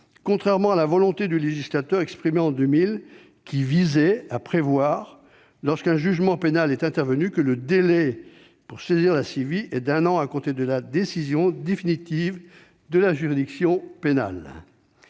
contrairement à la volonté du législateur exprimée en 2000, qui était de prévoir, lorsqu'un jugement pénal est intervenu, que le délai pour saisir la CIVI est d'un an à compter de la décision définitive de la juridiction pénale.